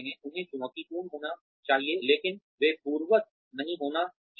उन्हें चुनौतीपूर्ण होना चाहिए लेकिन वे पूर्ववत नहीं होना चाहिए